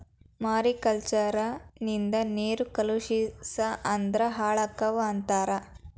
mariculture ನಿಂದ ನೇರು ಕಲುಷಿಸ ಅಂದ್ರ ಹಾಳಕ್ಕಾವ ಅಂತಾರ